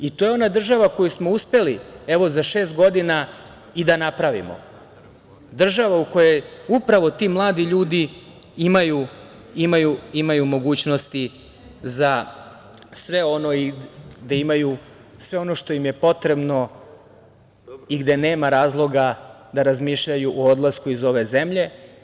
I to je ona država koju smo uspeli, evo za šest godina, i da napravimo, država u kojoj upravo ti mladi ljudi imaju mogućnosti za sve ono i da imaju sve ono što im je potrebno i gde nema razloga da razmišljaju o odlasku iz ove zemlje.